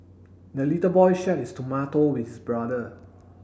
the little boy shared his tomato with his brother